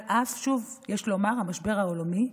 על אף המשבר העולמי,